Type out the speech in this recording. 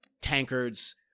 tankards